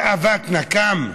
תאוות נקם?